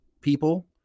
people